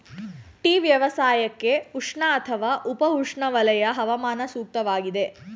tea ವ್ಯವಸಾಯಕ್ಕೆ ಉಷ್ಣ ಅಥವಾ ಉಪ ಉಷ್ಣವಲಯ ಹವಾಮಾನ ಸೂಕ್ತವಾಗಿದೆ